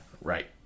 right